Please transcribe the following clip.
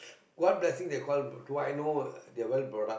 what blessing they called what I know they are well brought up